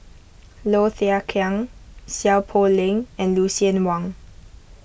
Low Thia Khiang Seow Poh Leng and Lucien Wang